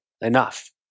enough